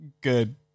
Good